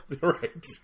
Right